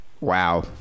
wow